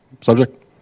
subject